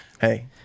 hey